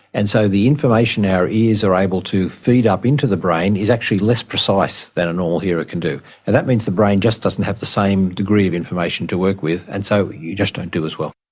and so the information our ears are able to feed up into the brain is actually less precise than a normal hearer can do, and that means the brain just doesn't have the same degree of information to work with and so you just don't do as well.